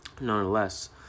nonetheless